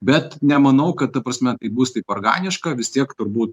bet nemanau kad ta prasme tai bus taip organiška vis tiek turbūt